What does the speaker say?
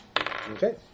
Okay